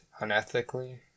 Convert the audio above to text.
unethically